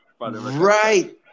Right